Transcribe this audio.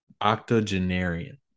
Octogenarian